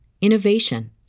innovation